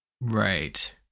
Right